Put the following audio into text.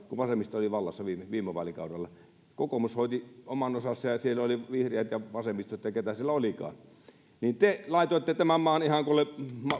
kun vasemmisto oli vallassa viime viime vaalikaudella kokoomus hoiti oman osansa ja siellä oli vihreät ja vasemmistot ja keitä siellä olikaan te laitoitte tämän maan ihan kuule